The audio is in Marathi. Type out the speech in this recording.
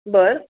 बर